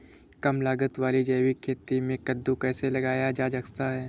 कम लागत वाली जैविक खेती में कद्दू कैसे लगाया जा सकता है?